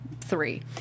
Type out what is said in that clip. three